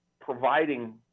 providing